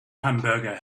hamburger